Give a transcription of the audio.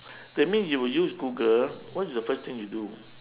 that mean you use google what is the first thing you do